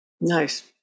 Nice